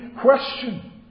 question